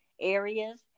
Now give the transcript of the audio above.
areas